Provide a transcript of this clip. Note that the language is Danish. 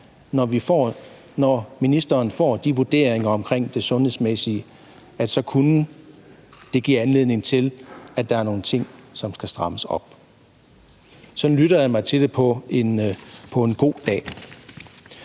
når ministeren får de vurderinger omkring det sundhedsmæssige, kunne give anledning til, at der er nogle ting, som skal strammes op. Sådan lytter jeg mig til det på en god dag.